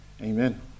Amen